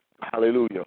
hallelujah